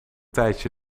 tijdje